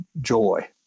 joy